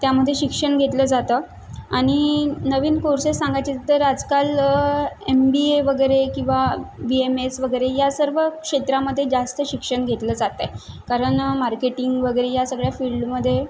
त्यामध्ये शिक्षण घेतलं जातं आणि नवीन कोर्सेस सांगायचे तर आजकाल एम बी ए वगैरे किंवा बी एम एस वगैरे या सर्व क्षेत्रामध्ये जास्त शिक्षण घेतलं जातं आहे कारण मार्केटिंग वगैरे या सगळ्या फील्डमध्ये